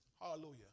Hallelujah